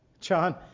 John